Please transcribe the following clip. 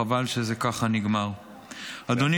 חבל שזה נגמר ככה.